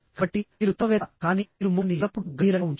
కాబట్టి మీరు తత్వవేత్త కానీ మీరు ముఖాన్ని ఎల్లప్పుడూ గంభీరంగా ఉంచుతారు